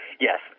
Yes